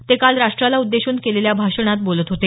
ते काल राष्ट्राला उद्देशून केलेल्या भाषणात बोलत होते